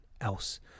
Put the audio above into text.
else